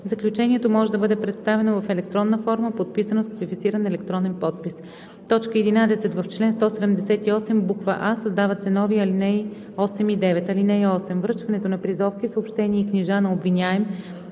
„Заключението може да бъде представено в електронна форма, подписано с квалифициран електронен подпис.“ 11. В чл. 178: а) създават се нови ал. 8 и 9: „(8) Връчването на призовки, съобщения и книжа на обвиняем